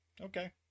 Okay